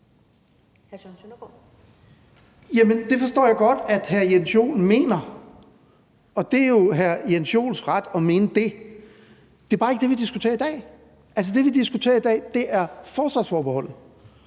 det forstår jeg godt at hr. Jens Joel mener, og det er jo hr. Jens Joels ret at mene det. Det er bare ikke det, vi diskuterer i dag. Altså, det, vi diskuterer i dag, er forsvarsforbeholdet,